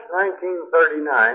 1939